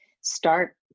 start